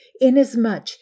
Inasmuch